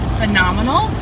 phenomenal